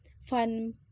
fun